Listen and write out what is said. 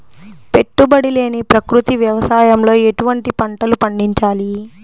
పెట్టుబడి లేని ప్రకృతి వ్యవసాయంలో ఎటువంటి పంటలు పండించాలి?